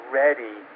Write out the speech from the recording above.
ready